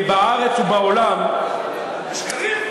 בארץ ובעולם, השקרים?